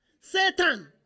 Satan